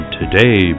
today